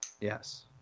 yes